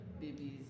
babies